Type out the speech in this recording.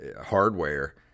hardware